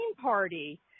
party